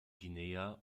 guinea